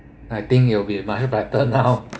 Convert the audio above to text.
I think it'll be much better now